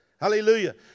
Hallelujah